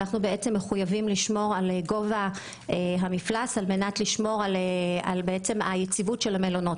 אנחנו מחויבים לשמור על גובה המפלס על מנת לשמור על יציבות המלונות.